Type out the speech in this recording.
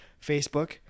facebook